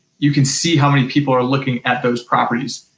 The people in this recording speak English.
you can see how many people are looking at those properties.